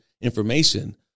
information